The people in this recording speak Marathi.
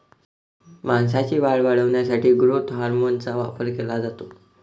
मांसाची वाढ वाढवण्यासाठी ग्रोथ हार्मोनचा वापर केला जातो